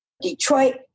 Detroit